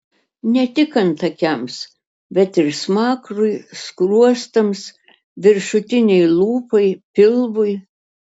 ne tik antakiams bet ir smakrui skruostams viršutinei lūpai pilvui